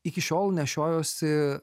iki šiol nešiojuosi